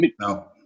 No